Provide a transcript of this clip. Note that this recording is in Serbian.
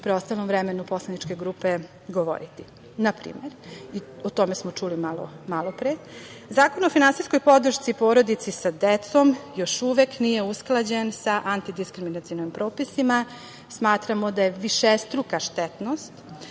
preostalom vremenu poslaničke grupe govoriti. Na primer, o tome smo čuli malopre, Zakon o finansijskog podršci porodici sa decom još uvek nije usklađen sa antidiskriminacionim propisima. Smatramo da je višestruka štetnost